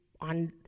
on